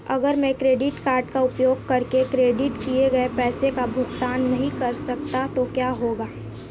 अगर मैं credit card का उपयोग करके क्रेडिट किए गए पैसे का भुगतान नहीं कर सकता तो क्या होगा?